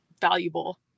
valuable